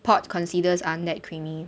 pot concealers are not creamy